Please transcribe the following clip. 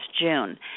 June